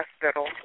hospital